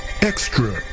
extra